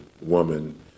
woman